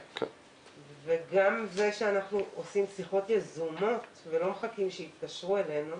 גם זה שאנחנו עושים שיחות יזומות ולא מחכים שיתקשרו אלינו,